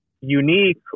unique